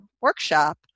workshop